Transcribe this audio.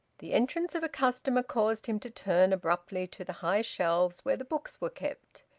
the entrance of a customer caused him to turn abruptly to the high shelves where the books were kept.